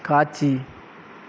காட்சி